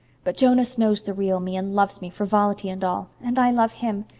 but jonas knows the real me and loves me, frivolity and all. and i love him.